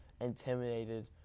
intimidated